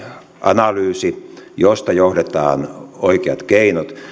analyysi josta johdetaan oikeat keinot